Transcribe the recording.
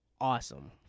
awesome